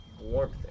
warmth